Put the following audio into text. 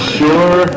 sure